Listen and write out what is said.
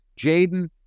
Jaden